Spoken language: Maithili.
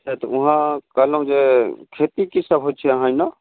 ऊहाँ कहलौ जे खेती कि सब होइ छै अहाँ एने